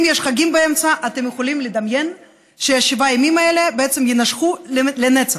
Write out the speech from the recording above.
אם יש חגים באמצע אתם יכולים לדמיין שהשבעה ימים האלה בעצם יימשכו לנצח.